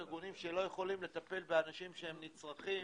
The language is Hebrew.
אותם ארגונים שלא יכולים לטפל באנשים שהם נצרכים.